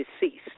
deceased